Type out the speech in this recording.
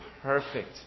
perfect